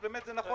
אז באמת זה נכון,